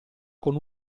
con